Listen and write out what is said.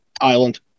Island